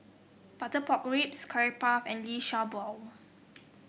Butter Pork Ribs Curry Puff and Liu Sha Bao